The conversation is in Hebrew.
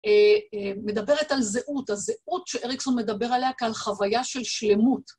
מדברת על זהות, הזהות שאריקסון מדבר עליה כעל חוויה של שלמות.